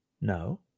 No